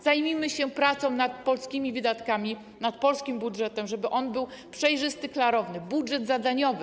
Zajmijmy się pracą nad polskimi wydatkami, nad polskim budżetem, żeby on był przejrzysty, klarowny, zadaniowy.